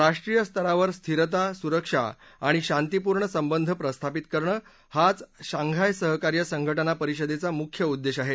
राष्ट्रीय स्तरावर स्थिरता सुरक्षा आणि शांतीपूर्ण संबंध प्रस्थापित करणं हाच शांघाय सहकार्य संघटना परिषदेचा मुख्य उद्देश आहे